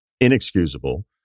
inexcusable